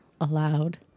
allowed